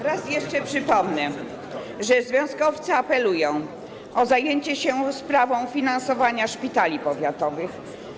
Raz jeszcze przypomnę, że związkowcy apelują o zajęcie się sprawą finansowania szpitali powiatowych.